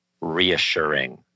reassuring